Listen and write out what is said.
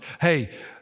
Hey